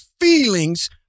feelings